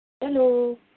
Hello